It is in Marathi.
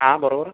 हा बरोबर